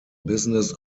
business